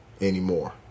anymore